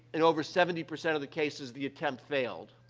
in over seventy percent of the cases, the attempt failed.